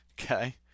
Okay